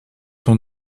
sont